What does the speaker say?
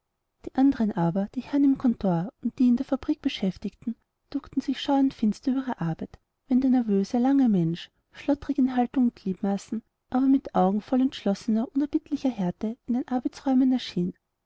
die anderen aber die herren im kontor und die in der fabrik beschäftigten duckten sich scheu und finster über ihre arbeit wenn der nervöse lange mensch schlotterig in haltung und gliedmaßen aber mit augen voll entschlossener unerbittlicher härte in den arbeisräumen erschien